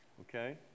Okay